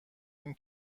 این